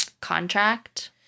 contract